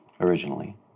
Originally